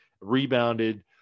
rebounded